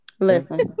listen